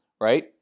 right